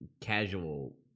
casual